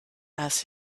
asked